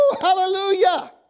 hallelujah